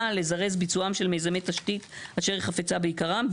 לזרז ביצועם של מיזמי תשתית אשר חפצה בעיקרם,